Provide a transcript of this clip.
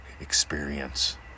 experience